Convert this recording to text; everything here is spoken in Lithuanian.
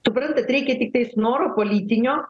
suprantat reikia tiktais noro politinio